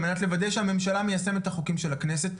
על מנת לוודא שהממשלה מיישמת את החוקים של הכנסת,